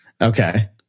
Okay